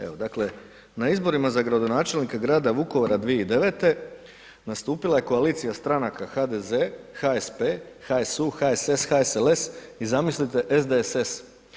Evo, dakle, na izborima za gradonačelnika grada Vukovara 2009. nastupila je koalicija stranaka HDZ-HSP-HSU-HSS-HSLS i zamislite, SDSS.